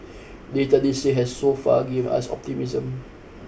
data this year has so far given us optimism